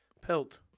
Pelt